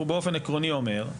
הוא באופן עקרוני אומר,